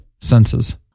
senses